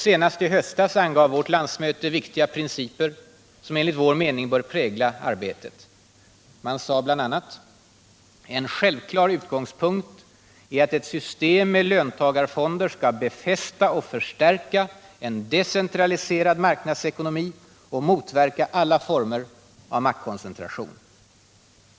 Senast i höstas angav vårt landsmöte viktiga principer som enligt vår mening bör prägla arbetet. Man sade bl.a.: ”En självklar utgångspunkt är att ett system med löntagarfonder ska befästa och förstärka en decentraliserad marknadsekonomi och motverka alla former av maktkoncentration.